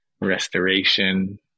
restoration